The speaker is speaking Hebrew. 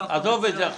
עזוב את זה עכשיו.